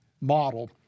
model